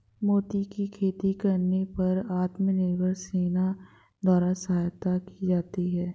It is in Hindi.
मोती की खेती करने पर आत्मनिर्भर सेना द्वारा सहायता की जाती है